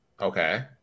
Okay